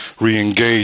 re-engage